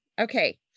Okay